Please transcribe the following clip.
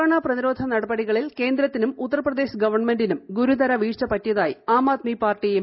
corona പ്രതിരോധ നടപടികളിൽ കേന്ദ്രത്തിനും ഉത്തർപ്രദേശ് ഗവൺമെന്റിനും ഗുരുതര വീഴ്ച പറ്റിയതായി ആം ആദ്മി പാർട്ടി എം